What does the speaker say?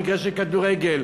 פעם במגרשי כדורגל,